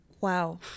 wow